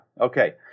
Okay